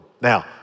Now